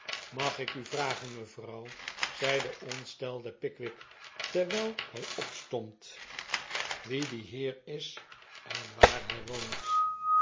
mag ik u vragen mevrouw zei de ontstelde pickwick terwijl hij opstond wie pickens pickwick club die heer is en waar hij woont